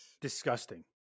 disgusting